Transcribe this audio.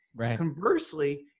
Conversely